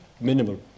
minimal